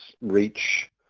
reach